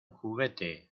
juguete